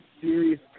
serious